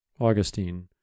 Augustine